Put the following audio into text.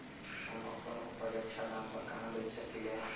हम अपन उपज अच्छा दाम पर कहाँ बेच सकीले ह?